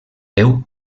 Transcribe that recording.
déu